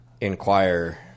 inquire